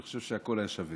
אני חושב שהכול היה שווה.